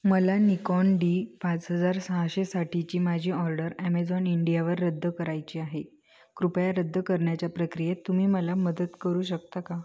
मला Nikon D पाच हजार सहाशेसाठीची माझी ऑर्डर ॲमेझॉण इंडियावर रद्द करायची आहे कृपया रद्द करण्याच्या प्रक्रियेत तुम्ही मला मदत करू शकता का